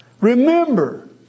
Remember